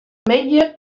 middei